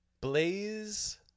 Blaze